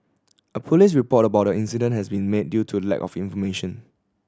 a police report about the incident has been made due to lack of information